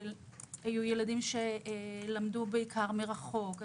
היו ילדים שלמדו בעיקר מרחוק,